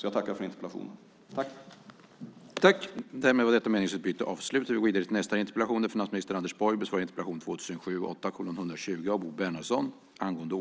Jag tackar för interpellationen!